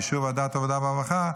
ובאישור ועדת העבודה והרווחה,